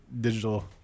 digital